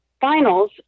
finals